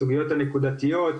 הסוגיות הנקודתיות.